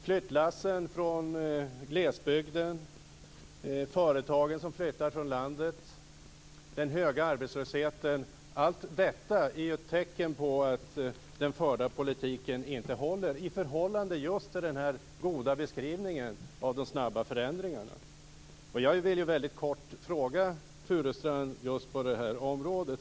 Flyttlassen från glesbygden, företagen som flyttar från landet, den höga arbetslösheten, allt detta är tecken på att den förda politiken inte håller, sett i förhållande till den goda beskrivningen av de snabba förändringarna. Jag vill väldigt kort fråga Furustrand just på detta område.